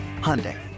Hyundai